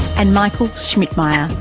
and michael schmidmayr,